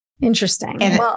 Interesting